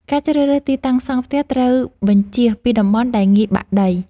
ការជ្រើសរើសទីតាំងសង់ផ្ទះត្រូវបញ្ចៀសពីតំបន់ដែលងាយបាក់ដី។